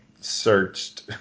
searched